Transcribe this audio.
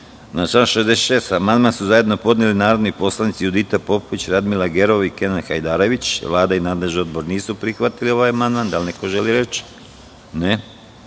član 66. amandman su zajedno podneli narodni poslanici Judita Popović, Radmila Gerov i Kenan Hajdarević. Vlada i nadležni odbor nisu prihvatili ovaj amandman. Da li neko želi reč?